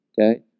Okay